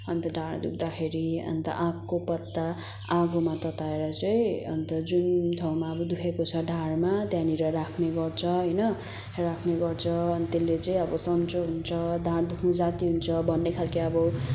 अन्त ढाड दुख्दाखेरि अन्त आँकको पत्ता आगोमा तताएर चाहिँ अन्त जुन ठाउँमा अब दुखेको छ ढाडमा त्यहाँनेर राख्ने गर्छ होइन राख्ने गर्छ अनि त्यसले चाहिँ अब सन्चो हुन्छ ढाड दुख्नु जाती हुन्छ भन्ने खालके अब